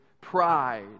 pride